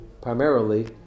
primarily